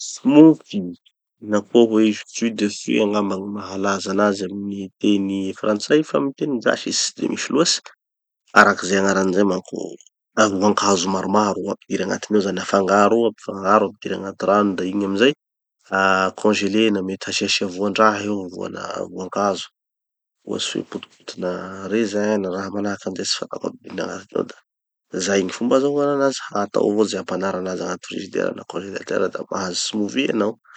Smoothie! Na koa hoe jus de fruits angamba gny mahalaza anazy amy gny teny frantsay fa amy teny gasy izy tsy de misy loatsy. Araky ze agnarany zay manko, ranom-boakazo maromaro gn'ampidiry agnatiny ao zany afangaro ao aby, afangaro ampidiry agnaty rano da igny amizay konzelena, mety hasiasia voandraha io, voana- voankazo, ohatsy hoe potipotina raisain na raha manahaky anizay tsy fatako aby mihina raha ty ho da. Da zay gny fomba azahoana anazy! Atao avao ze hampanara anazy agnaty frizidera na konzelatera da mahazo smoothie hanao.